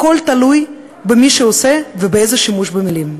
הכול תלוי במי שעושה ואיזה שימוש במילים".